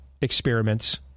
Experiments